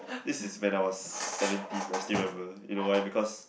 this is when I was seventeen I still remember you know why because